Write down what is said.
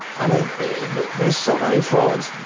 i mean there are so many frauds.